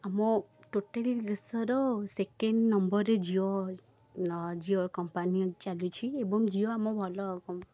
ଆମ ଟୋଟାଲି ଦେଶର ସେକେଣ୍ଡ୍ ନମ୍ବର୍ରେ ଜିଓ ନ ଜିଓର କମ୍ପାନୀ ଚାଲିଛି ଏବଂ ଜିଓ ଆମ ଭଲ କମ୍ପ